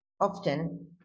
often